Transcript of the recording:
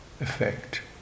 effect